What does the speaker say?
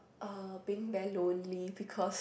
uh being very lonely because